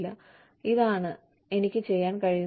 ഞങ്ങൾ പറയുന്നു ഇതാണ് എനിക്ക് ചെയ്യാൻ കഴിയുന്നത്